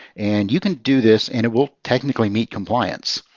and you can do this, and it will technically meet compliance.